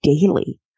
daily